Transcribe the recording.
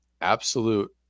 absolute